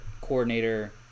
coordinator